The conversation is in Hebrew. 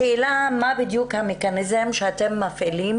השאלה היא מה בדיוק המכניזם שאתם מפעילים